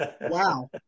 wow